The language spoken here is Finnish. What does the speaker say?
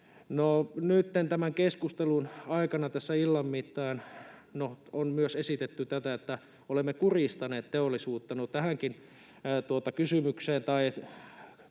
nytten tämän keskustelun aikana, tässä illan mittaan on myös esitetty, että olemme kurjistaneet teollisuutta. No tähänkin kysymykseen